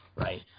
right